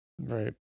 right